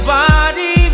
body